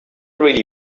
really